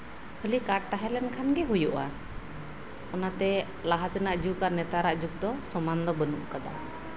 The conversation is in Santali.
ᱠᱷᱟᱹᱞᱤ ᱠᱟᱨᱰ ᱛᱟᱦᱮᱸ ᱞᱮᱱᱠᱷᱟᱱᱜᱮ ᱦᱩᱭᱩᱜᱼᱟ ᱚᱱᱟᱛᱮ ᱞᱟᱦᱟᱛᱮᱱᱟᱜ ᱟᱨ ᱱᱮᱛᱟᱨᱟᱜ ᱡᱩᱜ ᱫᱚ ᱥᱚᱢᱟᱱ ᱫᱚ ᱵᱟᱹᱱᱩᱜ ᱠᱟᱫᱟ